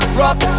rock